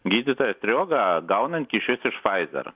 gydytoją striogą gaunant kyšius iš faizer